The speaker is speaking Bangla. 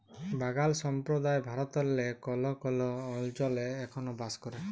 বাগাল সম্প্রদায় ভারতেল্লে কল্হ কল্হ অলচলে এখল বাস ক্যরে